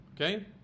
okay